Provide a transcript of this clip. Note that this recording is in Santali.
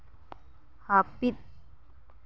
ᱦᱟᱹᱯᱤᱫ